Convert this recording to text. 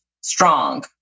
strong